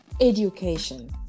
Education